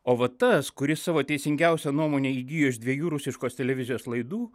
o va tas kuris savo teisingiausią nuomonę įgijo iš dviejų rusiškos televizijos laidų